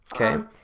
Okay